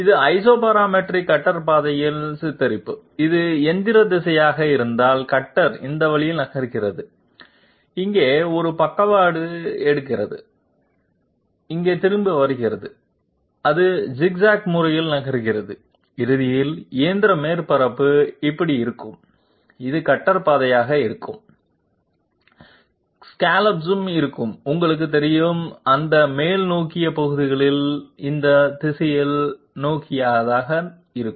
இது isoparametric cutter பாதையின் சித்தரிப்பு இது எந்திர திசையாக இருந்தால் கட்டர் இந்த வழியில் நகர்கிறது இங்கே ஒரு பக்கவாட்டு எடுக்கிறது இங்கே திரும்பி வருகிறது அது ஜிக் ஜாக் முறையால் நகர்கிறது இறுதியில் இயந்திர மேற்பரப்பு இப்படி இருக்கும் இது கட்டர் பாதையாக இருக்கும் ஸ்காலப்ஸும் இருக்கும் உங்களுக்குத் தெரியும் அந்த மேல்நோக்கிய பகுதிகளும் இந்த திசையில் நோக்கியதாக இருக்கும்